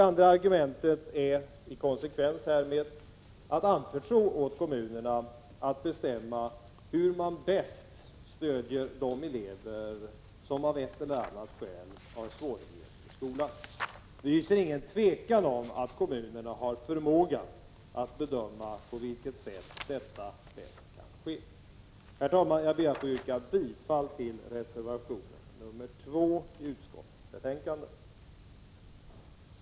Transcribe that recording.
I konsekvens härmed är det andra argumentet att man bör anförtro åt kommunerna att bestämma hur man bäst stöder de elever som av ett eller annat skäl har svårigheter i skolan. Vi hyser inget tvivel om att kommunerna har förmågan att bedöma på vilket sätt detta bäst kan ske. Herr talman! Jag ber att få yrka bifall till reservation nr 2 i utskottets betänkande.